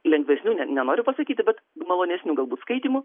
lengvesnių ne nenoriu pasakyti bet malonesnių galbūt skaitymų